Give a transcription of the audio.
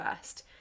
first